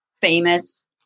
famous